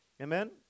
Amen